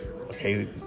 okay